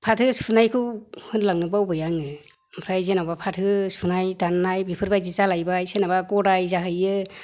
फाथो सुनायखौ होनलांनो बावबाय आङो ओमफ्राय जेनेबा फाथो सुनाय दाननाय बेफोरबायदि जालायबाय सोरनाबा गदाय जाहैयो